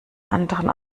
anderen